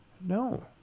no